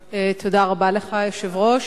היושב-ראש,